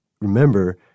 remember